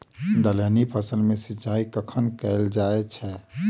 दलहनी फसल मे सिंचाई कखन कैल जाय छै?